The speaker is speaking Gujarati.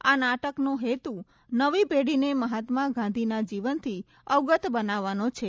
આ નાટકનો હેતું નવી પેઢી મહાત્મા ગાંધીના જીવનથી અવગત બનાવવાનો છે